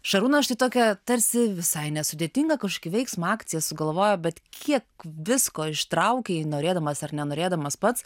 šarūnas štai tokią tarsi visai nesudėtingą kažkokį veiksmą akciją sugalvojo bet kiek visko ištraukei norėdamas ar nenorėdamas pats